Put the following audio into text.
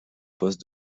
poste